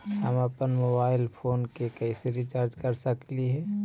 हम अप्पन mobile phone के कैसे रिचार्ज कर सकली हे?